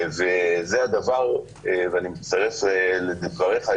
ואני מצטרף לדבריך,